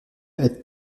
être